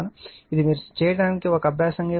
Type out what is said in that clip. ఇది మీరు చేయటానికి ఒక అభ్యాసముగా ఇవ్వబడినది